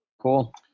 Cool